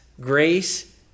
grace